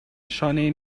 شانهای